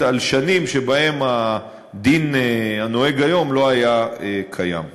על שנים שבהן הדין הנוהג היום לא היה קיים.